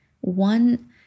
One